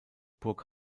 burg